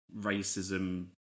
racism